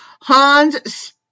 Hans